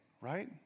right